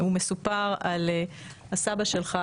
מסופר על הסבא שלך,